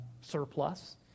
surplus